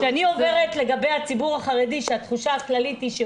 כשאני אומרת לגבי הציבור החרדי שהתחושה הכללית היא,